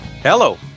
Hello